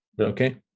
Okay